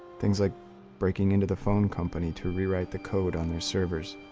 things like breaking into the phone company to rewrite the code on their servers.